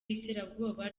iterabwoba